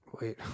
wait